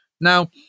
Now